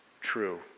true